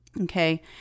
Okay